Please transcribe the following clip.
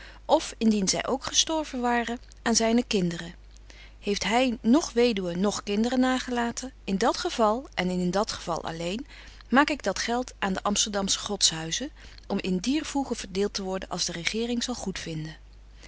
of indien zy ook gestorven ware aan zyne kinderen heeft hy noch weduwe noch kinderen nagelaten in dat geval en in dat geval alleen maak ik dat geld aan de amsterdamsche godshuizen om in dier voegen verdeelt te worden als de regering zal